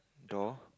door